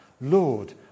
Lord